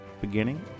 beginning